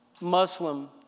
Muslim